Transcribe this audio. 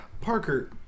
Parker